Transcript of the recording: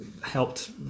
helped